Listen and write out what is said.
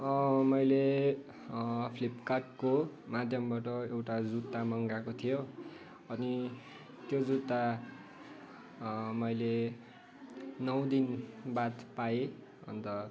मैले फ्लिपकार्टको माध्यमबाट एउटा जुत्ता मगाएको थियो अनि त्यो जुत्ता मैले नौ दिन बाद पाएँ अन्त